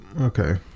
okay